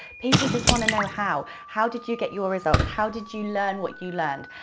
people just wanna know how, how did you get your results, how did you learn what you learned,